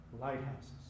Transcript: Lighthouses